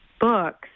books